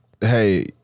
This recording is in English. hey